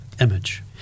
image